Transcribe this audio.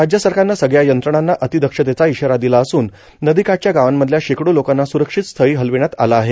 राज्य सरकारनं सगळ्या यंत्रणांना अतिदक्षतेचा इशारा दिला असून नदीकाठच्या गावांमधल्या शेकडो लोकांना स्वरक्षित स्थळी हलवण्यात आलं आहे